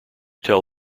tell